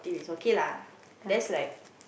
is okay lah that's like